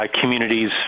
communities